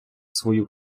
свою